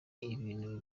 ibintu